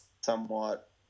somewhat